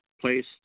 place